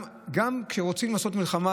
גם כשרוצים לעשות מלחמה,